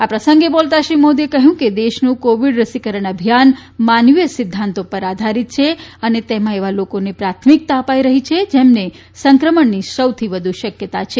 આ પ્રસંગે બોલતાં શ્રી મોદીએ કહ્યું કે દેશનું કોવિડ રસીકરણ અભિયાન માનવીય સિદ્ધાંતો પર આધારીત છે અને તેમાં એવા લોકોને પ્રાથમિકતા અપાઇ રહી છે જેમને સંક્રમણની સૌથી વધુ શક્યતા છે